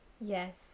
Yes